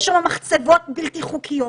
יש שם מחצבות בלתי חוקיות,